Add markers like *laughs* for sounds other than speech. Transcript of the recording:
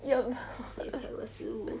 yup *laughs*